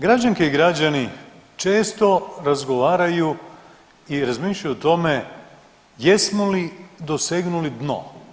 Građanke i građani često razgovaraju i razmišljaju o tome jesmo li dosegnuli dno.